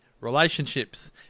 relationships